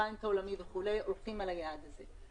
הבנק העולמי וכו' הולכים על היעד הזה.